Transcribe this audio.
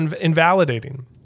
invalidating